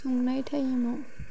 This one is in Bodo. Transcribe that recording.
संनाय टाइमाव